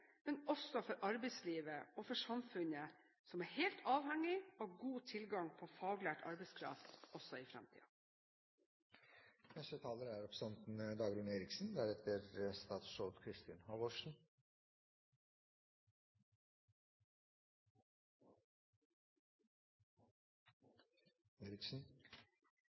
men også for arbeidslivet og for samfunnet, som er helt avhengig av god tilgang på faglært arbeidskraft også i fremtiden. Det er